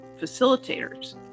facilitators